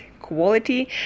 quality